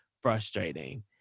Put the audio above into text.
frustrating